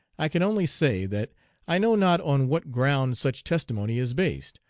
i can only say that i know not on what ground such testimony is based,